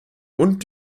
und